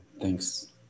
Thanks